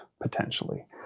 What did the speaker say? potentially